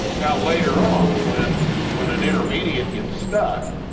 now later on when when an intermediate gets stuck